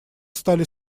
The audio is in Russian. стали